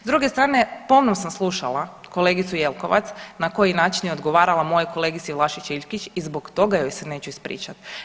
S druge strane, pomno sam slušala kolegicu Jelkovac na koji način je odgovarala mojoj kolegici Vlašić Iljkić i zbog toga joj se neću ispričat.